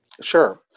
Sure